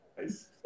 Nice